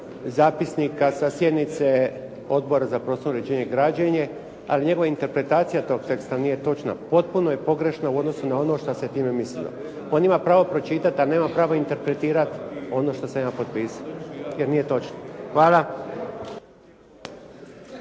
zapisnik sa sjednice Odbora za prostorno uređenje i građenje, ali njegova interpretacija tog teksta nije točna. Potpuno je pogrešna u odnosu na ono šta se time mislilo. On ima pročitati, ali nema pravo interpretirati ono što sam ja potpisao, jer nije točno. Hvala.